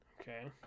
Okay